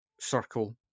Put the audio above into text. circle